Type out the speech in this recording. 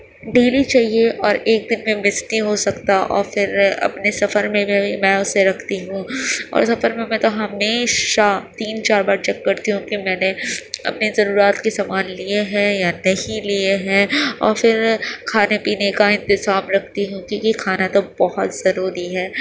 daily چاہیے اور ایک دن میں مس نہیں ہو سکتا اور پھر اپنے سفر میں بھی میں اسے رکھتی ہوں اور سفر میں میں تو ہمیشہ تین چار بار چیک کرتی ہوں کہ میں نے اپنے ضروریات کے سامان لیے ہیں یا نہیں لیے ہیں اور پھر کھانے پینے کا انتظام رکھتی ہوں کیونکہ کھانا تو بہت ضروری ہے